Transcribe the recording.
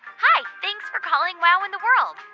hi. thanks for calling wow in the world.